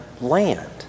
land